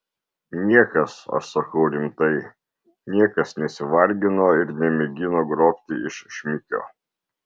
niekas aš sakau rimtai niekas nesivargino ir nemėgino grobti iš šmikio